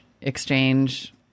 exchange